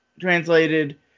translated